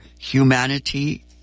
humanity